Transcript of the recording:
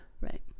Right